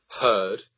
heard